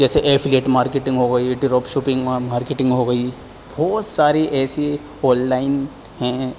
جیسے affiliate marketing ہو گئی ڈروپ شوٹنگ مارکٹینگ ہو گئی بہت ساری ایسی آنلائن ہیں